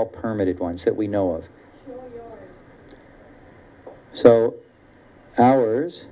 all permitted ones that we know of so ours